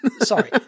sorry